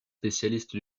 spécialistes